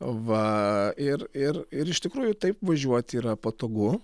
va ir ir ir iš tikrųjų taip važiuoti yra patogu